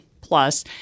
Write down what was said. plus